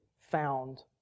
found